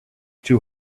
two